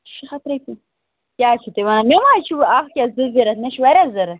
شےٚ ہَتھ رۄپیہِ کیٛاہ حظ چھُو تُہۍ وَنان مےٚ ما حظ چھُو اَکھ یا زٕ ضوٚرَتھ مےٚ چھِ واریاہ ضوٚرَتھ